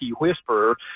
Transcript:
whisperer